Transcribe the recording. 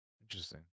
Interesting